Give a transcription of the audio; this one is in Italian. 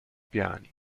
piani